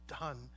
done